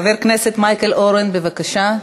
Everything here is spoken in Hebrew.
חבר הכנסת מייקל אורן, בבקשה.